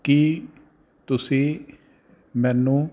ਕੀ ਤੁਸੀਂ ਮੈਨੂੰ